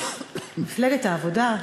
מפלגת העבודה,